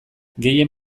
gehien